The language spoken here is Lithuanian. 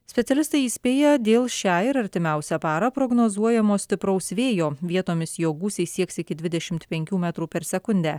specialistai įspėja dėl šią ir artimiausią parą prognozuojamo stipraus vėjo vietomis jo gūsiai sieks iki dvidešimt penkių metrų per sekundę